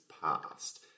past